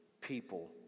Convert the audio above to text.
people